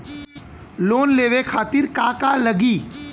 Loan लेवे खातीर का का लगी?